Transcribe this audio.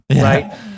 Right